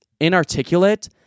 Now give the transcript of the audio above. inarticulate